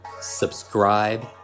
subscribe